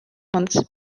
months